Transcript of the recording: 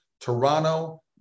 Toronto